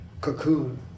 cocoon